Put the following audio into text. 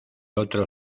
otro